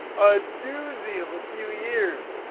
a dooozy of a few years.